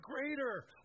greater